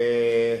אדוה".